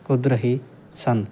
ਕੁੱਦ ਰਹੇ ਸਨ